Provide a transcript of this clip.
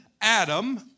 Adam